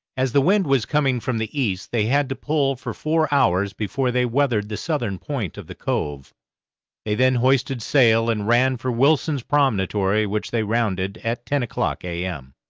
as the wind was coming from the east, they had to pull for four hours before they weathered the southern point of the cove they then hoisted sail and ran for wilson's promentory, which they rounded at ten o'clock a m.